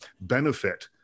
benefit